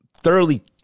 thoroughly